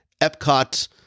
Epcot